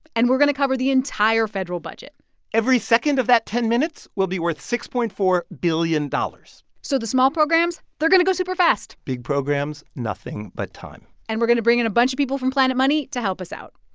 and we're going to cover the entire federal budget every second of that ten minutes will be worth six point four dollars billion so the small programs, they're going to go superfast big programs nothing but time and we're going to bring in a bunch of people from planet money to help us out.